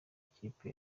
ikipe